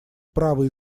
права